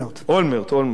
אולמרט, אולמרט, כן.